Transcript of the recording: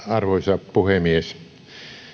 arvoisa puhemies